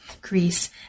Greece